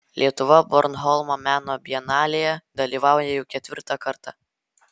lietuva bornholmo meno bienalėje dalyvauja jau ketvirtą kartą